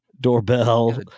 doorbell